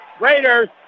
Raiders